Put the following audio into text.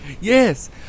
Yes